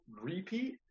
repeat